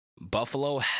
Buffalo